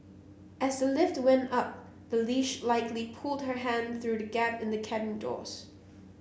as the lift went up the leash likely pulled her hand through the gap in the cabin doors